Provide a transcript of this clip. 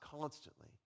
constantly